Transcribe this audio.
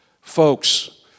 Folks